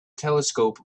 telescope